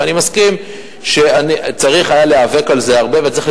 ואני מסכים שצריך היה להיאבק על זה הרבה וצריך היה